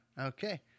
Okay